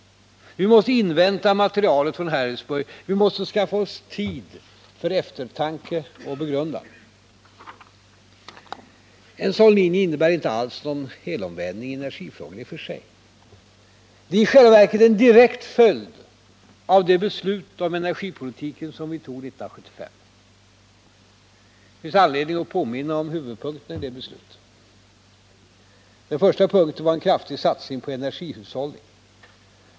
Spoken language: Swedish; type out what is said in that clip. Vi måste invänta materialet från Harrisburg. Vi måste skaffa oss tid för eftertanke och begrundan. En sådan linje innebär inte alls någon helomvändning i energifrågan. Det är i själva verket en direkt följd av det beslut om energipolitiken som vi tog 1975. Det finns anledning att påminna om huvudpunkterna i det beslutet. Den första punkten var en kraftig satsning på energihushållning.